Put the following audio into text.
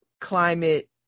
climate